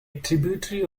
tributary